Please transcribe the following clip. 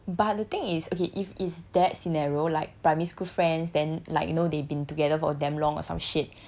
but the thing is okay if it's that scenario like primary school friends then like you know they've been together for damn long or some shit